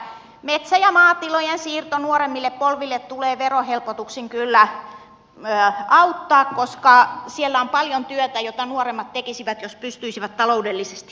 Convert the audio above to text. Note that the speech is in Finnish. metsä ja maatilojen siirtoa nuoremmille polville tulee verohelpotuksin kyllä auttaa koska siellä on paljon työtä jota nuoremmat tekisivät jos pysyisivät taloudellisesti